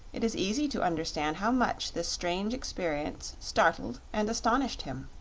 it is easy to understand how much this strange experience startled and astonished him.